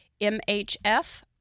MHF